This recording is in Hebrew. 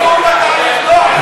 מי בעד, להרים את היד.